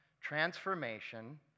transformation